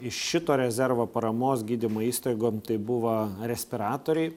iš šito rezervo paramos gydymo įstaigom tai buvo respiratoriai